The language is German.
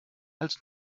als